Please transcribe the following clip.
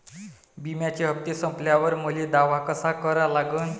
बिम्याचे हप्ते संपल्यावर मले दावा कसा करा लागन?